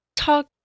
Talk